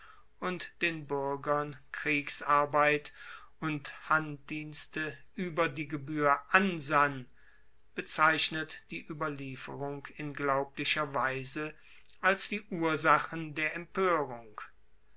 und den buergern kriegsarbeit und handdienste ueber die gebuehr ansann bezeichnet die ueberlieferung in glaublicher weise als die ursachen der empoerung